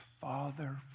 Father